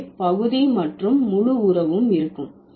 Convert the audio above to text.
எனவே பகுதி மற்றும் முழு உறவும் இருக்கும்